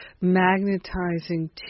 magnetizing